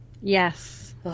yes